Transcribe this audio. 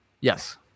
Yes